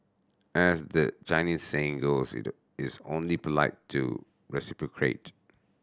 as the Chinese saying goes it is only polite to reciprocate